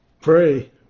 Pray